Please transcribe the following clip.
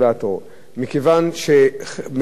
מכמה סיבות.